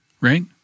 right